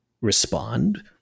respond